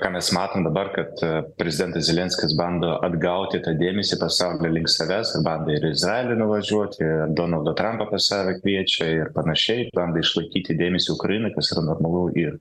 ką mes matom dabar kad prezidentas zelenskis bando atgauti tą dėmesį pasaulio link savęs bandė ir į izraelį nuvažiuot ir donaldą trampą pas save kviečia ir panašiai bando išlaikyti dėmesį ukrainai kas yra normalu ir